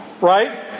right